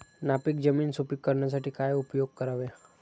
नापीक जमीन सुपीक करण्यासाठी काय उपयोग करावे?